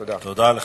תודה.